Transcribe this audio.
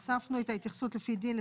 הוספנו את ההתייחסות לפי דין,